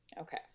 Okay